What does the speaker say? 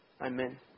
Amen